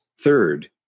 Third